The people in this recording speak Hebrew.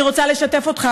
אני רוצה לשתף אותך,